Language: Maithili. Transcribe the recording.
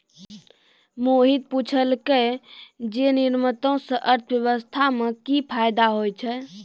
मोहित पुछलकै जे निर्यातो से अर्थव्यवस्था मे कि फायदा होय छै